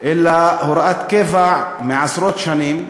אלא הוראת קבע מעשרות שנים.